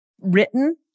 written